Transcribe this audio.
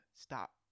stop